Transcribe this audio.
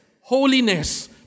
holiness